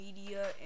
media